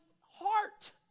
heart